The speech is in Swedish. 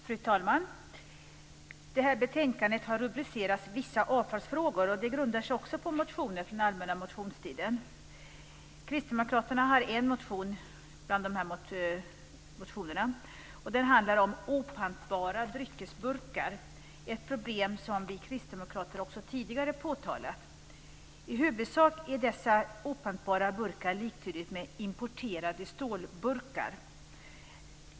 Fru talman! Det här betänkandet har rubricerats Vissa avfallsfrågor. Det grundar sig på motioner från allmänna motionstiden. Kristdemokraterna har väckt en av motionerna. Den handlar om opantbara dryckesburkar, ett problem som vi kristdemokrater också tidigare påtalat. I huvudsak är dessa opantbara burkar liktydigt med importerade stålburkar.